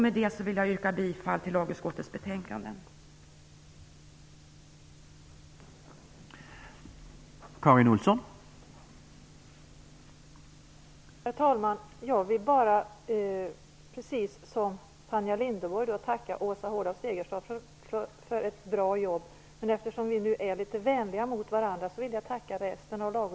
Med detta vill jag yrka bifall till lagutskottets hemställan i betänkandet.